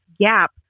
gap